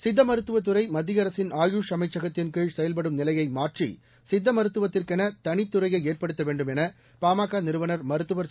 சித்த மருத்துவத் துறை மத்திய அரசின் ஆயுஷ் அமைச்சகத்தின்கீழ் செயல்படும் நிலையை மாற்றி சித்த மருத்துவத்திற்கென தனித் துறையை ஏற்படுத்த வேண்டும் என பாமக நிறுவனர் மருத்துவர் ச